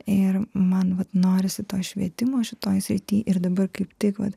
ir man vat norisi to švietimo šitoj srity ir dabar kaip taip pat